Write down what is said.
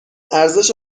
ارزش